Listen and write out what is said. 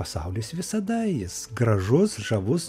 pasaulis visada jis gražus žavus